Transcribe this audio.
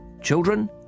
children